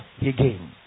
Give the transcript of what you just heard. again